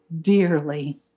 dearly